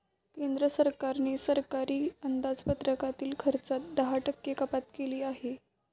केंद्र सरकारने सरकारी अंदाजपत्रकातील खर्चात दहा टक्के कपात केली आहे